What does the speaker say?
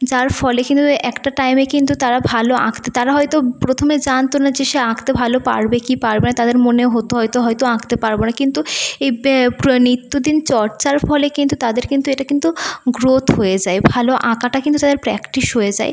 যার ফলে কিন্তু তাদে একটা টাইমে কিন্তু তারা ভালো আঁকতে তারা হয়তো প্রথমে জানতো না যে সে আঁকতে ভালো পারবে কি পারবে না তাদের মনে হতো হয়তো হয়তো আঁকতে পারবো না কিন্তু এই ব্যা প্রা নিত্য দিন চর্চার ফলে কিন্তু তাদের কিন্তু এটা কিন্তু গ্রোথ হয়ে যায় ভালো আঁকাটা কিন্তু তাদের প্র্যাকটিস হয়ে যায়